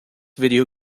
video